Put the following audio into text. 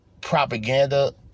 propaganda